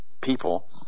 people